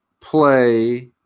play